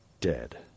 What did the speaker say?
dead